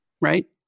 Right